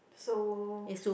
so